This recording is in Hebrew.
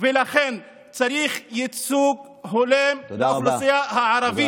לכן צריך ייצוג הולם לאוכלוסייה הערבית,